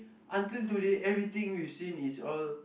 until today everything you've seen is all